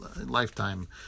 lifetime